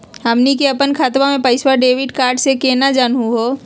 हमनी के अपन खतवा के पैसवा डेबिट कार्ड से केना जानहु हो?